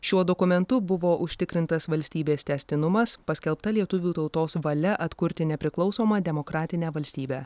šiuo dokumentu buvo užtikrintas valstybės tęstinumas paskelbta lietuvių tautos valia atkurti nepriklausomą demokratinę valstybę